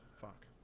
Fuck